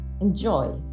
enjoy